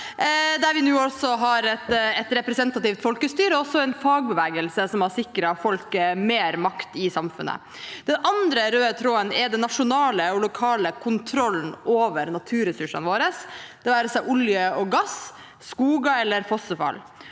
der vi nå har et representativt folkestyre og også en fagbevegelse som har sikret folk mer makt i samfunnet. Den andre røde tråden er den nasjonale og lokale kontrollen over naturressursene våre – det være seg olje og gass, skoger eller fossefall.